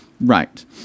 Right